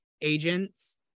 agents